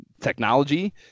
technology